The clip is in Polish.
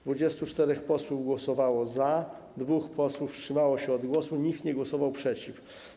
24 posłów głosowało za, dwóch posłów wstrzymało się od głosu, nikt nie głosował przeciw.